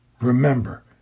Remember